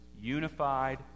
unified